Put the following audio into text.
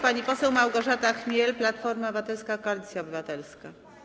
Pani poseł Małgorzata Chmiel, Platforma Obywatelska - Koalicja Obywatelska.